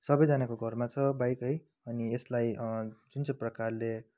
सबैजनाको घरमा छ बाइक है अनि यसलाई जुन चाहिं प्रकारले